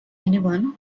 anyone